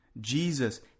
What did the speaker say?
Jesus